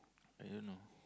I don't know